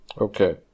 okay